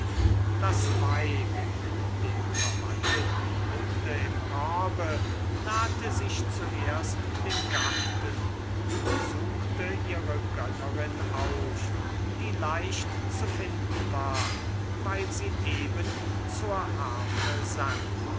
das weib mit dem verwandelten hunde im korbe nahte sich zuerst dem garten und suchte ihre gönnerin auf die leicht zu finden war weil sie eben zur harfe sang